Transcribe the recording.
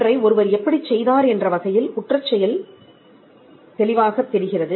ஒன்றை ஒருவர் எப்படிச் செய்தார் என்ற வகையில் குற்றச்செயல் தெளிவாகத் தெரிகிறது